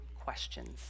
questions